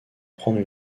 prendre